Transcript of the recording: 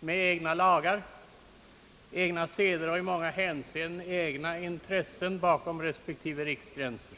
med egna lagar, egna seder och i många hänseenden egna intressen bakom respektive riksgränser.